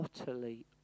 utterly